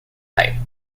pipe